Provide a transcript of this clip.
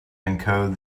encode